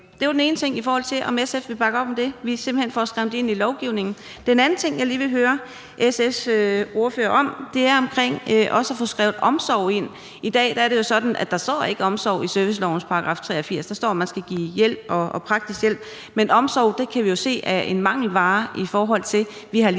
Det var den ene ting: Vil SF bakke op om, at vi simpelt hen får det skrevet ind i lovgivningen? Den anden ting, jeg lige vil høre SF's ordfører om, er også at få skrevet »omsorg« ind. I dag er det jo sådan, at der ikke står »omsorg« i servicelovens § 83. Der står, at man skal give hjælp og praktisk hjælp, men omsorg kan vi jo se er en mangelvare. Vi har lige